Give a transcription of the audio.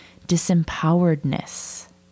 disempoweredness